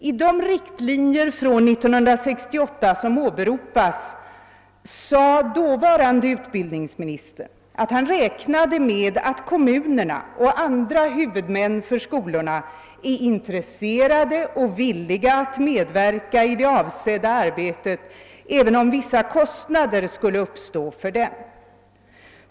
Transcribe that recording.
I de riktlinjer från 1968 som åberopas sade dåvarande utbildningsministern, att han räknade med att kommunerna och andra huvudmän för skolorna är intresserade och villiga att medverka i det avsedda arbetet även om vissa kostnader skulle uppstå för dem.